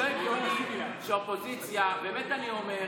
לא, זה לא הגיוני שהאופוזיציה, באמת אני אומר.